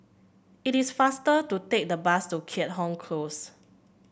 it is faster to take the bus to Keat Hong Close